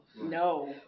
no